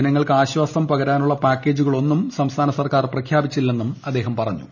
ജനങ്ങൾക്ക് ആശ്വാസം പകരാനുള്ള പാക്കേജുകളൊന്നും സംസ്ഥാന സർക്കാർ പ്രഖ്യാപിച്ചിട്ടില്ലെന്നും അദ്ദേഹം പറഞ്ഞു